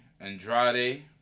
Andrade